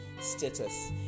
status